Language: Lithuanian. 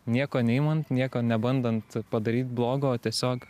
nieko neimant nieko nebandant padaryt blogo o tiesiog